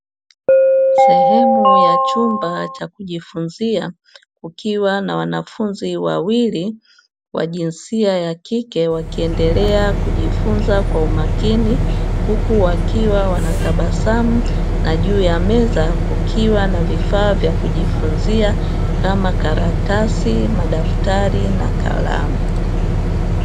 Sehemu ya chumba cha kujifunzia kukiwa na wanafunzi wawili wa jinsia ya kike wakiendelea kujifunza kwa umakini, huku wakiwa wanatabasamu na juu ya meza kukiwa na kujifunzia kama karatasi, madaftari na kalamu.